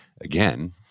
Again